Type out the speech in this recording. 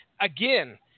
again